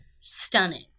stunning